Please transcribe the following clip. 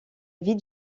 vie